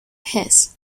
his